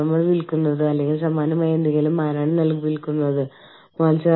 അവർ വിദേശത്ത് ഒരു അന്താരാഷ്ട്ര നിയമനത്തിലാണെങ്കിൽ അവർ വിദേശ രാജ്യത്തിനുള്ളിൽ വിലാസങ്ങൾ മാറ്റിയേക്കാം